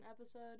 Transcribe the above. episode